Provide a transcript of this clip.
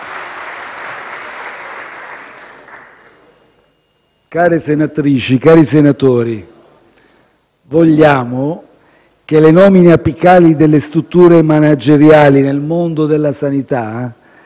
Care senatrici, cari senatori, vogliamo che le nomine apicali delle strutture manageriali nel mondo della sanità